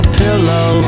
pillow